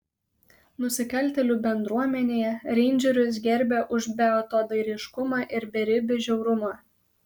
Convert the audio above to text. nusikaltėlių bendruomenėje reindžerius gerbė už beatodairiškumą ir beribį žiaurumą